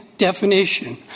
definition